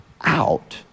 out